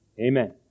Amen